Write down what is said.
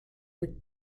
with